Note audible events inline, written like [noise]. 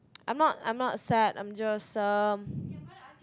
I'm not I'm not sad I'm just um [breath]